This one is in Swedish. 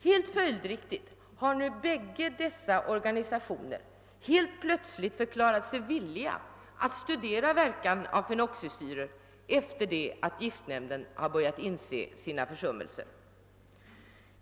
Helt följd riktigt har nu båda dessa organisationer plötsligt förklarat sig villiga ati studera verkan av fenoxisyror efter det att giftnämnden har börjat inse sina försummelser.